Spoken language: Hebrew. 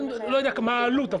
לא יודע מה העלות.